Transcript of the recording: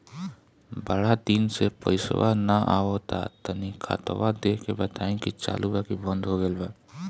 बारा दिन से पैसा बा न आबा ता तनी ख्ताबा देख के बताई की चालु बा की बंद हों गेल बा?